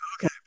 Okay